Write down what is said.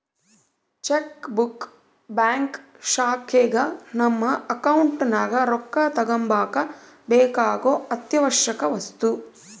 check book bank ಶಾಖೆಗ ನಮ್ಮ account ನಗ ರೊಕ್ಕ ತಗಂಬಕ ಬೇಕಾಗೊ ಅತ್ಯಾವಶ್ಯವಕ ವಸ್ತು